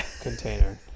container